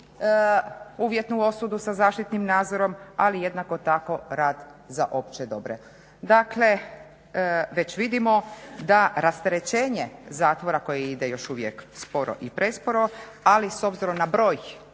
uvjetnu osudu sa zaštitnim nadzorom ali jednako tako i rad za opće dobro. Dakle, već vidimo da rasterećenje zatvora koje ide još uvijek sporo i presporo ali s obzirom na broj